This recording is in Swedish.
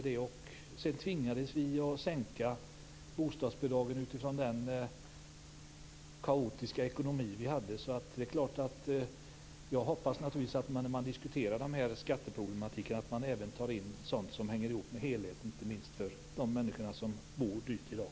Sedan tvingades vi att sänka bostadsbidragen beroende på den kaoatiska ekonomi som vi hade. Jag hoppas naturligtvis att man, när man diskuterar skatteproblematiken, även tar in sådant som hänger ihop med helheten, inte minst när det gäller de människor som bor dyrt i dag.